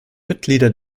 mitglieder